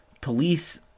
police